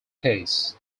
case